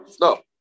No